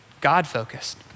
God-focused